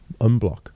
unblock